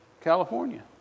California